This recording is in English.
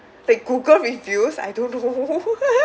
like google reviews I don't know